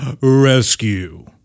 rescue